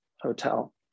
hotel